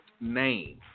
name